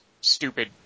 stupid